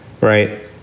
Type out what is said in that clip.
right